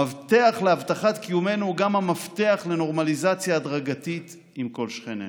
המפתח להבטחת קיומנו הוא גם המפתח לנורמליזציה הדרגתית עם כל שכנינו.